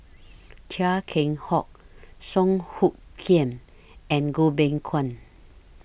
Chia Keng Hock Song Hoot Kiam and Goh Beng Kwan